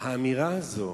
האמירה הזאת